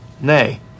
nay